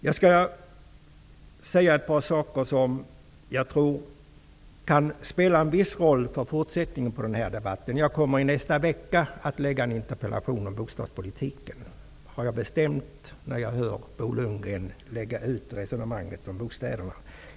Jag skulle vilja säga ett par saker som jag tror kan spela en viss roll för fortsättningen på den här debatten. Jag kommer att nästa vecka framställa en interpellation om bostadspolitiken. Det har jag bestämt när jag hört Bo Lundgren lägga ut resonemanget om bostäderna.